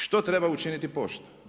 Što treba učiniti pošta?